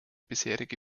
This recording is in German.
bisherige